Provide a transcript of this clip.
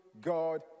God